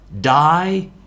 die